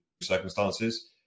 circumstances